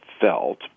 felt